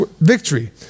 victory